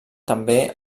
també